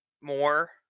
more